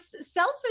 selfish